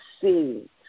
see